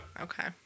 Okay